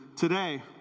Today